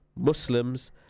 Muslims